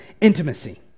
intimacy